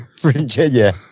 Virginia